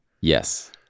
Yes